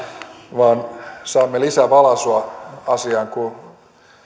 vaan että saamme lisävalaisua asiaan kun